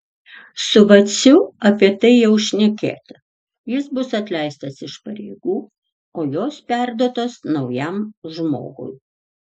su vaciu apie tai jau šnekėta jis bus atleistas iš pareigų o jos perduotos naujam žmogui